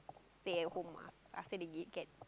stay at home ah after they give get